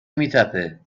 میتپه